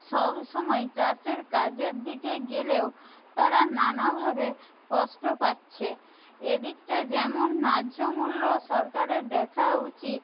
সবসময় চাষের কাজের দিকে গেলেও তারা নানাভাবে কষ্ট পাচ্ছে এদিকটা যেমন ন্যায্য মূল্য সরকারের দেখা উচিত